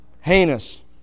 heinous